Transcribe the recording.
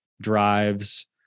drives